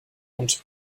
und